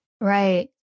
Right